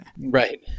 Right